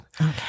Okay